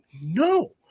no